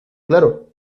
claro